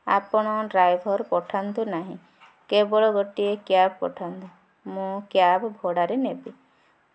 ଆପଣ ଡ୍ରାଇଭର୍ ପଠାନ୍ତୁ ନାହିଁ କେବଳ ଗୋଟିଏ କ୍ୟାବ୍ ପଠାନ୍ତୁ ମୁଁ କ୍ୟାବ୍ ଭଡ଼ାରେ ନେବି